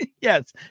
Yes